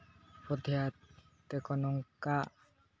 ᱯᱟᱫᱽᱫᱷᱟᱭ ᱛᱟᱠᱚ ᱱᱚᱝᱠᱟ